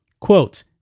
Quote